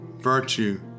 virtue